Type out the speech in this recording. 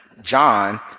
John